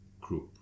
group